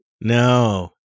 No